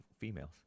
females